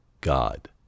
God